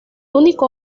único